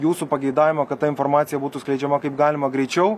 jūsų pageidavimą kad ta informacija būtų skleidžiama kaip galima greičiau